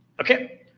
Okay